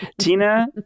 Tina